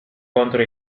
contro